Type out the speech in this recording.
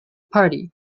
party